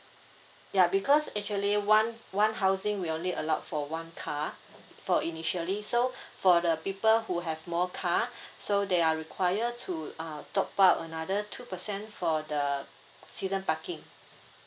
ya because actually one one housing we only allowed for one car for initially so for the people who have more car so they are require to uh top up another two percent for the season parking